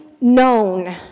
known